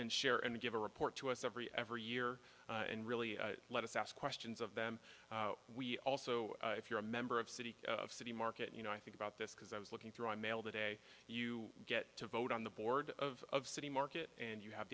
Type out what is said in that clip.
and share and give a report to us every every year and really let us ask questions of them we also if you're a member of city of city market you know i think about this because i was looking through my mail today you get to vote on the board of city market and you have